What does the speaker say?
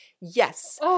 Yes